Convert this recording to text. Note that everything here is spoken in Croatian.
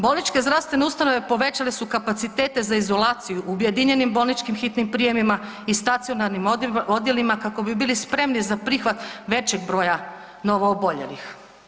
Bolničke zdravstvene ustanove povećale su kapacitete za izolaciju u objedinjenim bolničkim hitnim prijemima i stacionarnim odjelima kako bi bili spremni za prihvat većeg broja novo oboljelih.